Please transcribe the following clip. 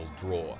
draw